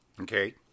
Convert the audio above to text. Okay